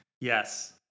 Yes